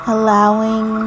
Allowing